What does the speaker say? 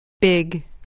Big